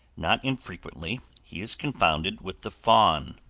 not infrequently he is confounded with the faun,